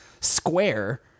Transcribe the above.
square